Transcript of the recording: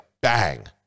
bang